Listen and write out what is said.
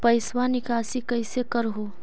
पैसवा निकासी कैसे कर हो?